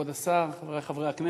כבוד השר, חברי חברי הכנסת,